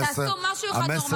תעשו משהו אחד נורמלי.